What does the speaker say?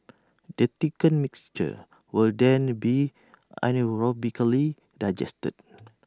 the thickened mixture will then be anaerobically digested